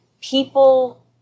people